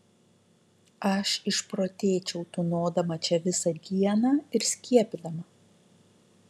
aš išprotėčiau tūnodama čia visą dieną ir skiepydama